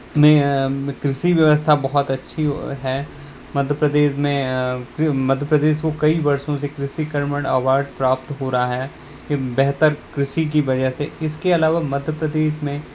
में कृषि व्यवस्था बहुत अच्छी है मध्य प्रदेश में मध्य प्रदेश को कई वर्षों से कृषि क्रमंड अवॉड प्राप्त हो रहा है कि बेहतर कृषि की वजह से इसके अलावा मध्य प्रदेश में